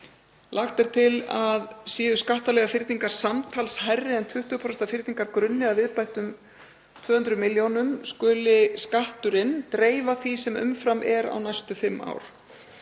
Lagt er til að séu skattalegar fyrningar samtals hærri en 20% af fyrningargrunni, að viðbættum 200 millj. kr., skuli Skatturinn dreifa því sem umfram er á næstu fimm ár.